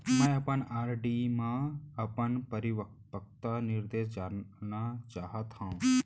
मै अपन आर.डी मा अपन परिपक्वता निर्देश जानना चाहात हव